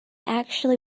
actually